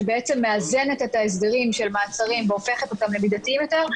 שמאזנת את ההסדרים של מעצרים והופכת אותם למידתיים יותר,